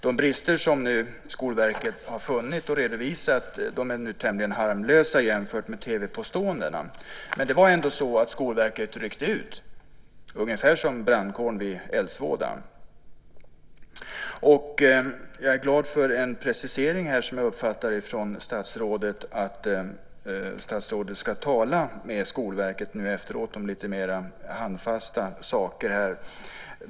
De brister som nu Skolverket har funnit och redovisat är tämligen harmlösa i jämförelse med TV-påståendena. Men Skolverket ryckte ändå ut ungefär som brandkåren vid eldsvåda. Jag är glad över vad jag uppfattar som en precisering av statsrådet att statsrådet ska tala med Skolverket nu efteråt om lite mer handfasta saker.